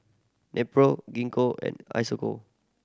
Nepro Gingko and Isocal